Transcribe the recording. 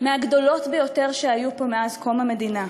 מהגדולות ביותר שהיו פה מאז קום המדינה,